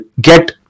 get